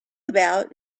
about